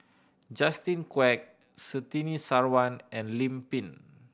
Justin Quek Surtini Sarwan and Lim Pin